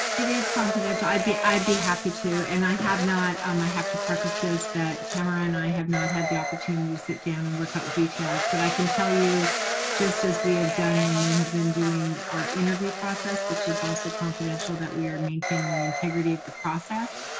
it is confidential, i'd be i'd be happy to. and i have not, um i have to preface this, that tamra and i have not had the opportunity to sit down and work out details. but i can tell you just as we have done when we have been doing our interview process, which is also confidential, that we are maintaining the integrity of the process.